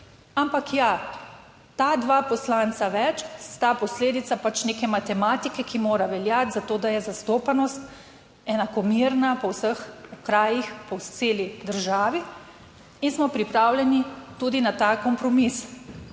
ampak ja, ta dva poslanca več sta posledica neke matematike, ki mora veljati za to, da je zastopanost enakomerna po vseh krajih, po celi državi in smo pripravljeni tudi na ta kompromis.